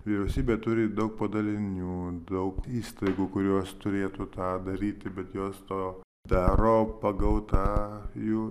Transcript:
vyriausybė turi daug padalinių daug įstaigų kurios turėtų tą daryti bet jos to daro pagal tą jų